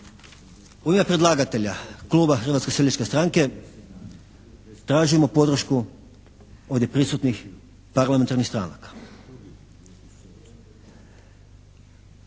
u ime predlagatelja kluba Hrvatske seljačke stranke tražimo podršku ovdje prisutnih parlamentarnih stranaka.